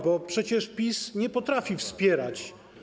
Bo przecież PiS nie potrafi wspierać.